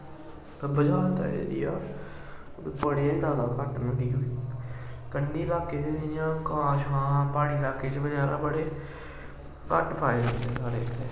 Bajalta area बड़े जैदा घट्ट न कंढी लाह्के च जियां कां शां प्हाड़ी लाह्के च वगैरा बड़े घट्ट पाए जंदे न साढ़े इत्थे